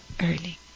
early